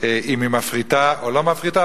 אם היא מפריטה או לא מפריטה,